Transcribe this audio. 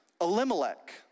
Elimelech